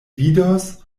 vidos